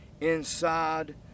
inside